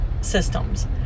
systems